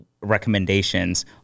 recommendations